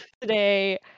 today